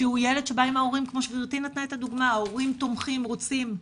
שהוא ילד שהגיע עם ההורים שלו והם הורים תומכים ורוצים,